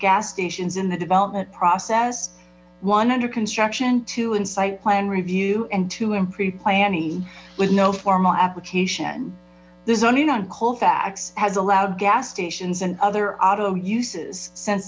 gas stations in the development process one under construction to insight plan review and to improve planning with no formal application there is only on colfax has allowed gas stations and other auto uses since